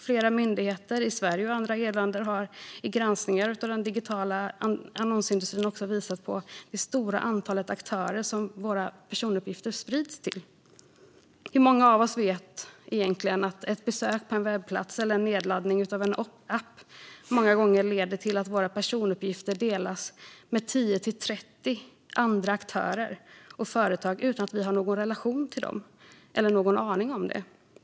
Flera myndigheter, i Sverige och i andra EU-länder, har i granskningar av den digitala annonsindustrin visat på det stora antal aktörer som våra personuppgifter sprids till. Hur många av oss vet egentligen att ett besök på en webbplats eller nedladdning av en app många gånger leder till att våra personuppgifter delas med 10-30 andra aktörer och företag, utan att vi har någon relation till dem eller någon aning om det?